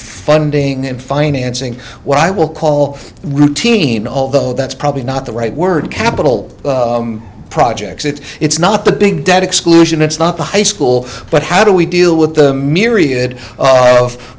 funding and financing what i will call routine although that's probably not the right word capital projects if it's not the big debt exclusion it's not the high school but how do we deal with the myriad of